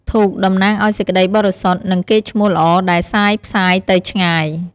ធូប តំណាងឱ្យសេចក្ដីបរិសុទ្ធ និងកេរ្តិ៍ឈ្មោះល្អដែលសាយផ្សាយទៅឆ្ងាយ។